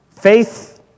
Faith